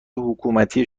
حکومتی